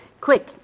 Quick